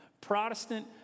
Protestant